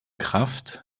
kraft